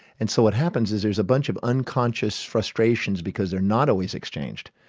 and so what happens is there's a bunch of unconscious frustrations because they're not always exchanged,